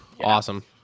awesome